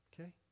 okay